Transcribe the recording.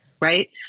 right